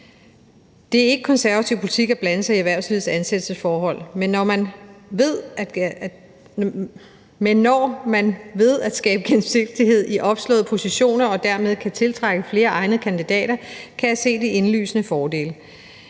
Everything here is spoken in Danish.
Det er ikke konservativ politik at blande sig i erhvervslivets ansættelsesforhold, men når man ved at skabe gennemsigtighed i opslåede positioner og dermed kan tiltrække flere egnede kandidater, kan jeg se de indlysende fordele.